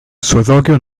swyddogion